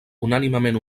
unànimement